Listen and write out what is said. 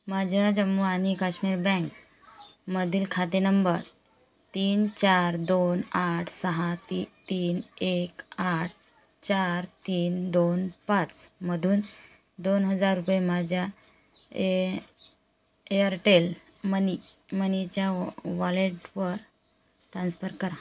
माझ्या जम्मू आणि काश्मीर बँक मधील खाते नंबर तीन चार दोन आठ सहा ती तीन एक आठ चार तीन दोन पाच मधून दोन हजार रुपये माझ्या ए एअरटेल मनी मनीच्या व वॉलेटवर ट्रान्स्फर करा